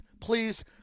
Please